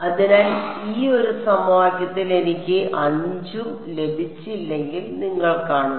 അതിനാൽ ഈ ഒരു സമവാക്യത്തിൽ എനിക്ക് 5ഉം ലഭിച്ചില്ലെന്ന് നിങ്ങൾ കാണുന്നു